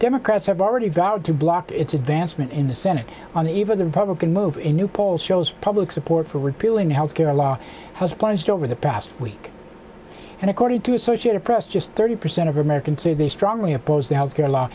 democrats have already valid to block its advancement in the senate on the eve of the republican move in a new poll shows public support for repealing the health care law has plunged over the past week and according to associated press just thirty percent of americans say they strongly oppose the health care law